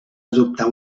adoptar